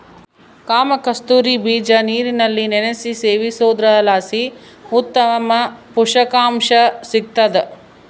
ಕಾಮಕಸ್ತೂರಿ ಬೀಜ ನೀರಿನಲ್ಲಿ ನೆನೆಸಿ ಸೇವಿಸೋದ್ರಲಾಸಿ ಉತ್ತಮ ಪುಷಕಾಂಶ ಸಿಗ್ತಾದ